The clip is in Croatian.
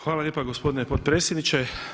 Hvala lijepa gospodine potpredsjedniče.